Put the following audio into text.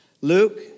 luke